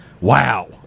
Wow